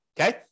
Okay